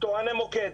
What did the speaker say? תורני מוקד,